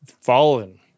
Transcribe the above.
Fallen